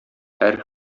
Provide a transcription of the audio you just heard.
һәр